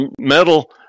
metal